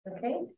Okay